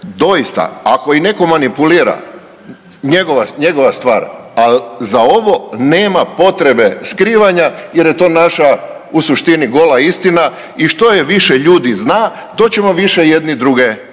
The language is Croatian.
doista ako i netko manipulira njegova stvar, al za ovo nema potrebe skrivanja jer je to naša u suštini gola istina i što je više ljudi zna to ćemo više jedni druge, jedni